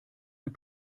ein